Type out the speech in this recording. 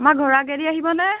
আমাৰ ঘৰৰ আগেদি আহিবা নে